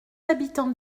habitans